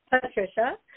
Patricia